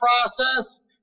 process